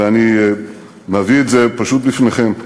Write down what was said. ואני מביא את זה פשוט בפניכם: